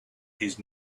his